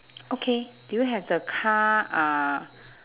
okay do you have the car uh